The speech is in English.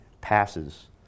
passes